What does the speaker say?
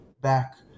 back